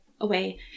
away